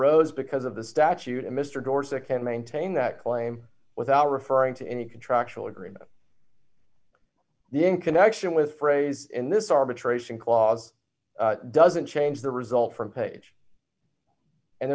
arose because of the statute in mr dorsey it can maintain that claim without referring to any contractual agreement the in connection with phrase in this arbitration clause doesn't change the result from page and